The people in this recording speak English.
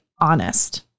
honest